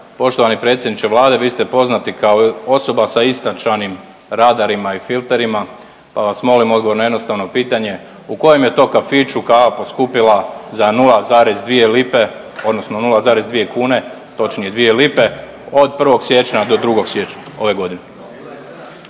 Poštovani predsjedniče Vlade, vi ste poznati kao osoba sa istančanim radarima i filterima, pa vas molim odgovor na jednostavno pitanje, u kojem je to kafiću kava poskupila za 0,2 lipe odnosno 0,2 kune, točnije 2 lipe od 1. siječnja do 2. siječnja ove godine?